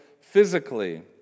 physically